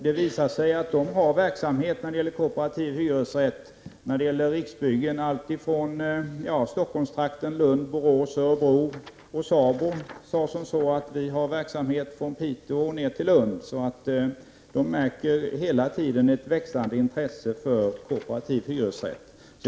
Det visade sig att dessa bostadsföretag har kooperativa hyresrätter i sina verksamheter. Riksbyggen har kooparativa hyresrätter i bl.a. Stockholmstrakten, Lund, Borås och Örebro, och SABO har sådana hyresrätter från Piteå och ner till Lund. Man märker hela tiden ett växande intresse för kooperativa hyresrätter.